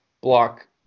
block